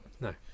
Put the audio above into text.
No